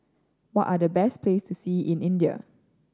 what are the best place to see in India